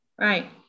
right